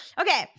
Okay